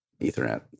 ethernet